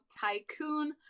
Tycoon